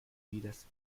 vidas